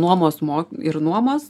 nuomos mo ir nuomos